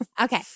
Okay